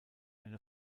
eine